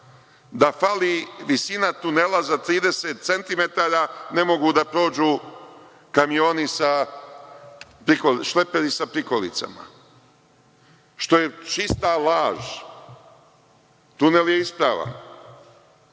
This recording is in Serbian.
da fali visina tunela za 30 centimetara, ne mogu da prođu šleperi sa prikolicama, što je čista laž. Tunel je ispravan.